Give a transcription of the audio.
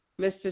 Mr